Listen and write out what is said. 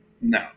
no